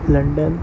London